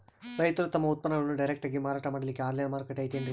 ರೈತರು ತಮ್ಮ ಉತ್ಪನ್ನಗಳನ್ನು ಡೈರೆಕ್ಟ್ ಆಗಿ ಮಾರಾಟ ಮಾಡಲಿಕ್ಕ ಆನ್ಲೈನ್ ಮಾರುಕಟ್ಟೆ ಐತೇನ್ರೀ?